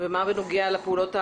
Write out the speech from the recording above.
על מנת לתמוך בה ולשנות את